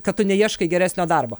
kad tu neieškai geresnio darbo